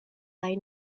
they